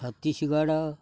Chhattisgarh